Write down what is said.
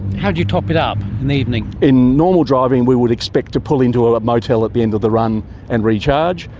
how do you top it up in the evening? in normal driving we would expect to pull into a motel at the end of the run and recharge.